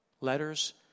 Letters